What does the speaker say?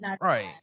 Right